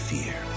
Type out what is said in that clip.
fear